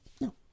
No